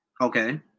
okay